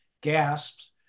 gasps